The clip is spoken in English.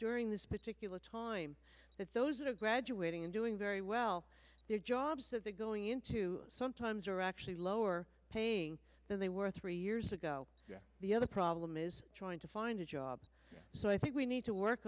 during this particular time that those that are graduating and doing very well their jobs that they going into sometimes are actually lower paying than they were three years ago the other problem is trying to find a job so i think we need to work